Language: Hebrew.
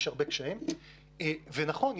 נכון,